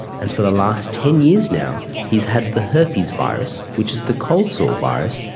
and for the last ten years now he's had the herpes virus, which is the cold sore virus,